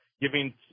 giving